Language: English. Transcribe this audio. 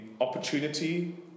opportunity